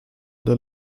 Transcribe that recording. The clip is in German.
der